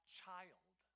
child